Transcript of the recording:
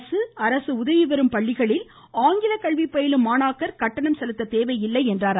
அரசு மற்றும் அரசு உதவிபெறும் பள்ளியில் ஆங்கில கல்வி பயிலும் மாணாக்கர் கட்டணம் செலுத்த தேவையில்லை என்றார்